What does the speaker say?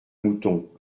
mouton